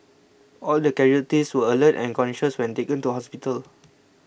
all the casualties were alert and conscious when taken to hospital